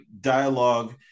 dialogue